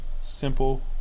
simple